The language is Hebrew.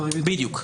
בדיוק.